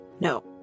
No